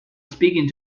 speaking